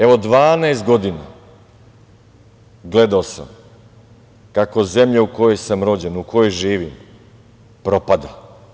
Evo, 12 godina gledao sam kako zemlja u kojoj sam rođen, u kojoj živim propada.